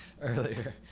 earlier